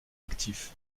actif